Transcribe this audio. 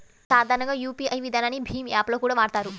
సాధారణంగా యూపీఐ విధానాన్ని భీమ్ యాప్ లో కూడా వాడతారు